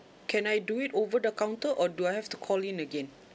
can I do it over the counter or do I have to call in again